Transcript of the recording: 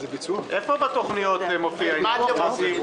מה אתם רוצים?